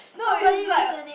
nobody listening